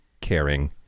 caring